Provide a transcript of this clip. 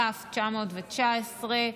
כ/919.